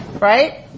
Right